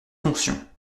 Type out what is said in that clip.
fonctions